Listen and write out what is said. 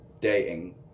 dating